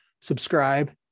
subscribe